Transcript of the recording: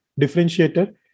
differentiator